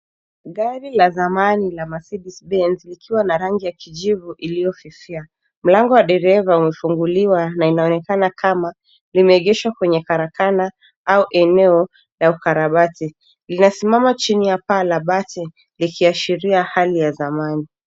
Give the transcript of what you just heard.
Gari la zamani la Mercedes Benz, likiwa na rangi ya kijivu iliyofifia. Mlango wa dereva umefunguliwa, na inaonekana kama limeegeshwa kwenye karakana au eneo ya ukarabati. Linasimama chini ya paa la bati, likiashiria hali ya zamani.